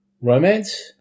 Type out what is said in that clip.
romance